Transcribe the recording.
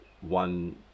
one